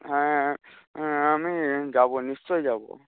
হ্যাঁ আমি যাবো নিশ্চই যাবো